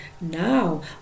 Now